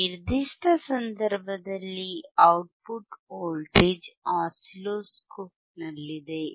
ಈ ನಿರ್ದಿಷ್ಟ ಸಂದರ್ಭದಲ್ಲಿ ಔಟ್ಪುಟ್ ವೋಲ್ಟೇಜ್ ಆಸಿಲ್ಲೋಸ್ಕೋಪ್ನಲ್ಲಿದೆ